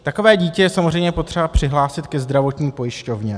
Takové dítě je samozřejmě potřeba přihlásit ke zdravotní pojišťovně.